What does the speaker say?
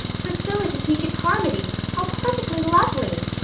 priscilla to teach at carmody! how perfectly lovely!